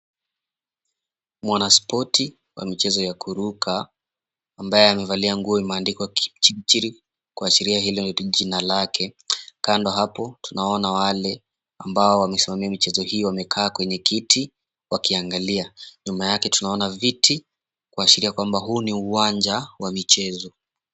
Mwanaspoti wa michezo ya kuruka, ambaye amevalia nguo imeandikwa Kipchirchir, kuashiria hilo ni jina lake. Kando hapo tunaona wale ambao wamesimamia michezo hii wamekaa kwenye kiti wakiangalia. Nyuma yake tunaona viti, kuashiria kwamba huu ni uwanja wa michezo.